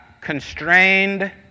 constrained